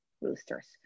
roosters